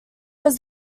was